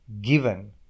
given